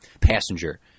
passenger